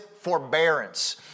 Forbearance